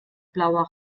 blauer